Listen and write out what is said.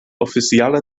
oficiala